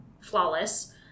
flawless